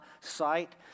sight